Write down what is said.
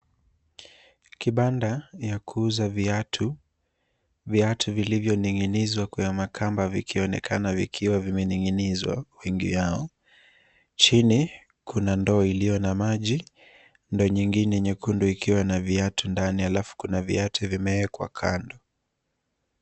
Kibanda ya kuuza viatu, viatu vilivyoning'inizwa kwa makamba vikionekana vikiwa vimening'inizwa wingi yao . Chini kuna ndoo iliyo na maji, ndoo nyingine nyekundu ikiwa na viatu ndani alafu kuna viatu vimewekwa kando.